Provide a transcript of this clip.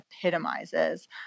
epitomizes